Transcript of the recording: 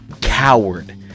coward